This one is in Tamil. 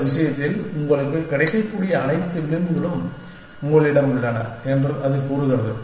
இந்த விஷயத்தில் உங்களுக்கு கிடைக்கக்கூடிய அனைத்து விளிம்புகளும் உங்களிடம் உள்ளன என்று அது கூறுகிறது